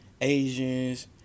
Asians